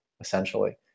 essentially